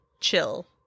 chill